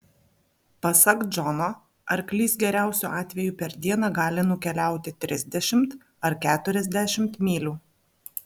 pasak džono arklys geriausiu atveju per dieną gali nukeliauti trisdešimt ar keturiasdešimt mylių